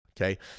okay